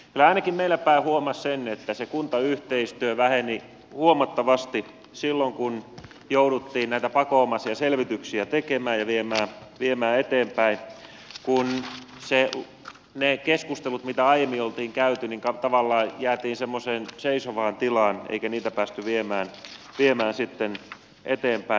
kyllä ainakin meillä päin huomasi sen että se kuntayhteistyö väheni huomattavasti silloin kun jouduttiin näitä pakonomaisia selvityksiä tekemään ja viemään eteenpäin kun niissä keskusteluissa mitä aiemmin oltiin käyty tavallaan jäätiin semmoiseen seisovaan tilaan eikä niitä päästy viemään sitten eteenpäin